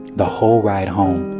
the whole ride home,